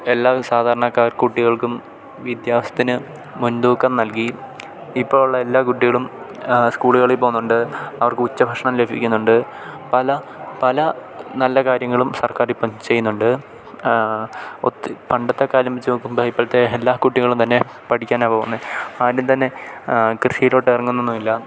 എല്ലാവ് സാധാരണക്കാർ കുട്ടികൾക്കും വിദ്യാഭ്യാസത്തിന് മുൻതൂക്കം നൽകി ഇപ്പം ഉള്ള എല്ലാ കുട്ടികളും സ്കൂളുകളിൽ പോകുന്നുണ്ട് അവർക്ക് ഉച്ച ഭക്ഷണം ലഭിക്കുന്നുണ്ട് പല പല നല്ല കാര്യങ്ങളും സർക്കാരിപ്പം ചെയ്യുന്നുണ്ട് ഒത്തി പണ്ടത്തെ കാര്യം വെച്ചു നോക്കുമ്പം ഇപ്പോഴത്തെ എല്ലാ കുട്ടികളും തന്നെ പഠിക്കാനാണ് പോകുന്നത് ആരും തന്നെ കൃഷിയിലോട്ടിറങ്ങുന്നൊന്നുമില്ല